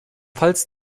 pfalz